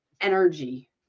energy